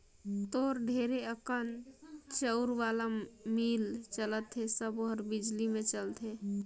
तोर ढेरे अकन चउर वाला मील चलत हे सबो हर बिजली मे चलथे